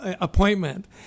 appointment